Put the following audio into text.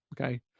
Okay